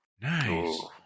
Nice